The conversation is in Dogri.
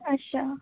अच्छा